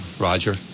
Roger